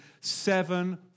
seven